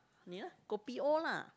kopi O lah